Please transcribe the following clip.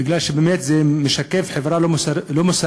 בגלל שבאמת זה משקף חברה לא מוסרית.